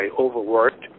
overworked